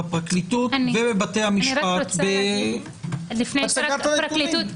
בפרקליטות ובבתי המשפט בהצגת הנתונים.